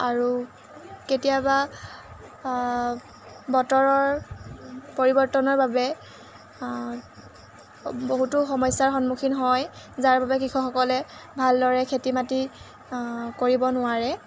আৰু কেতিয়াবা বতৰৰ পৰিৱৰ্তনৰ বাবে বহুতো সমস্যাৰ সন্মুখীন হয় যাৰ বাবে কৃষকসকলে ভালদৰে খেতি বাতি কৰিব নোৱাৰে